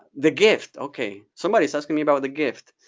the gift, okay somebody's asking me about the gift.